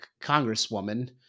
congresswoman